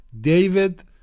David